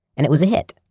and it was a hit,